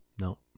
no